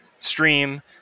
stream